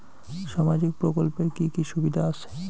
সামাজিক প্রকল্পের কি কি সুবিধা আছে?